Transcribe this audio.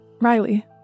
Riley